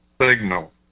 signal